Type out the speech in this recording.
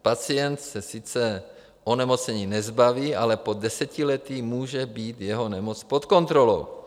Pacient se sice onemocnění nezbaví, ale po desetiletí může být jeho nemoc pod kontrolou.